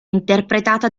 interpretata